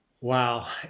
Wow